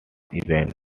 event